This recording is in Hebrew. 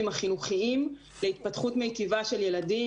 והחינוכיים להתפתחות מיטיבה של הילדים,